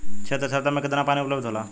क्षेत्र क्षमता में केतना पानी उपलब्ध होला?